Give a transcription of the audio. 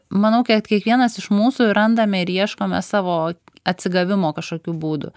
manau kad kiekvienas iš mūsų randame ir ieškome savo atsigavimo kažkokių būdų